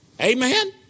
Amen